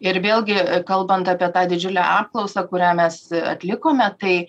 ir vėlgi kalbant apie tą didžiulę apklausą kurią mes atlikome tai